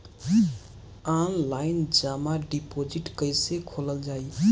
Online जमा deposit कैसे खोलल जाइ?